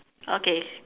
okay